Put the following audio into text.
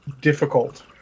difficult